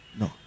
no